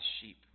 sheep